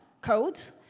codes